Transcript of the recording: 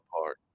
apart